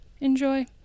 Enjoy